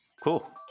Cool